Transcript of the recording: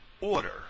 order